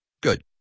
Good